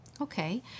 Okay